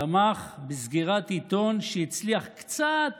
תמך בסגירת עיתון שהצליח קצת